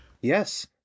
yes